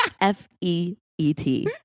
F-E-E-T